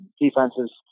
defenses